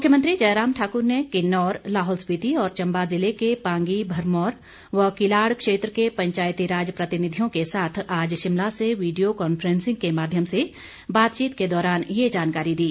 मुख्यमंत्री जयराम ठाकुर ने किन्नौर लाहौल स्पिति और चंबा ज़िले के पांगी भरमौर व किलाड़ क्षेत्र के पंचायतीराज प्रतिनिधियों के साथ आज शिमला से वीडियो कॉन्फ्रेंसिंग के माध्यम से बातचीत के दौरान ये जानकारी दी